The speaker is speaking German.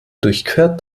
durchquert